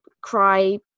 cry